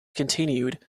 continued